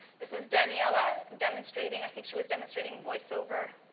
this is daniella demonstrating. i think she was demonstrating voiceover.